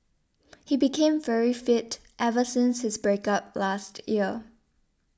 he became very fit ever since his break up last year